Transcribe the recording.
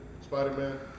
Spider-Man